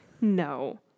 No